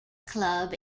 club